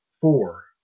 four